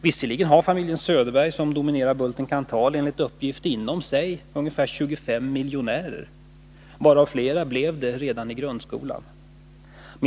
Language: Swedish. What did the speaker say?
Visserligen har familjen Söderberg — som dominerar Bulten-Kanthal AB - enligt uppgift inom sig ungefär 25 miljonärer, av vilka flera blev det i grundskolan.